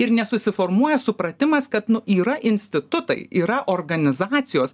ir nesusiformuoja supratimas kad yra institutai yra organizacijos